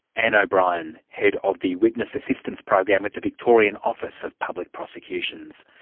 anne o'brien, head of the witness assistance program with the victorian office of public prosecutions.